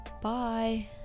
bye